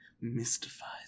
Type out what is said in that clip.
mystifies